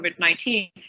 COVID-19